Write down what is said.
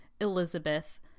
Elizabeth